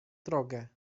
drogę